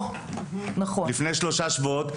לפני כשלושה שבועות.